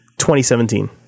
2017